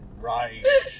Right